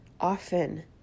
often